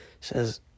Says